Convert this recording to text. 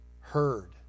heard